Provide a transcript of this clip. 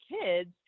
kids